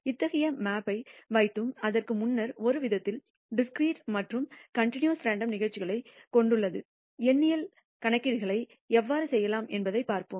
அத்தகைய மேப்பை வைத்ததும் அதற்கு முன்னர் ஒரு விதத்தில் டிஸ்கிரிட் மற்றும் கன்டினியஸ் ரேண்டம் நிகழ்வுகளைக் கொண்டுள்ளதும் எண்ணியல் கணக்கீடுகளை எவ்வாறு செய்யலாம் என்பதைப் பார்ப்போம்